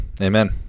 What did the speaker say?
amen